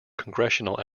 congressional